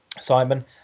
Simon